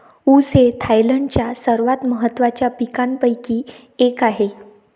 ऊस हे थायलंडच्या सर्वात महत्त्वाच्या पिकांपैकी एक आहे